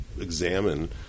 examine